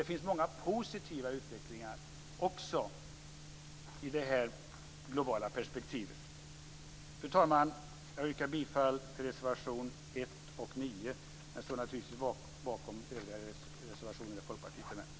Det finns alltså mycket av positiv utveckling också i det här globala perspektivet. Fru talman! Jag yrkar bifall till reservationerna 1 och 9, men jag står naturligtvis bakom övriga reservationer där Folkpartiet är med.